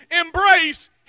embrace